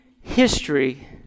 history